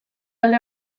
alde